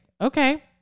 okay